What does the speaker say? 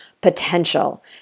potential